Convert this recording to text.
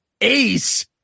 ace